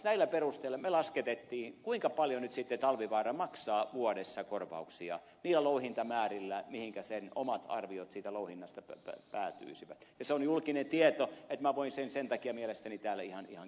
näillä perusteilla me lasketimme kuinka paljon talvivaara maksaa vuodessa korvauksia niillä louhintamäärillä mihinkä sen omat arviot louhinnasta päätyisivät ja se on julkinen tieto niin että minä voin sen sen takia mielestäni täällä ihan kertoa